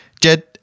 Jed